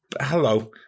Hello